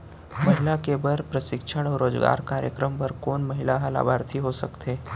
महिला के बर प्रशिक्षण अऊ रोजगार कार्यक्रम बर कोन महिला ह लाभार्थी हो सकथे?